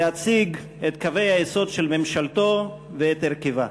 להציג את קווי היסוד של ממשלתו ואת הרכבה.